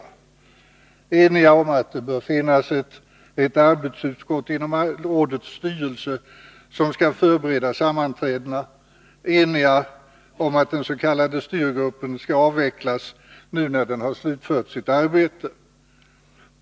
Vi är eniga om att det bör finnas ett arbetsutskott inom rådets styrelse som skall förbereda sammanträdena, och vi är eniga om att den s.k. styrgruppen skall avvecklas nu när den slutfört sitt arbete.